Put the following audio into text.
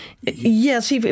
Yes